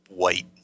white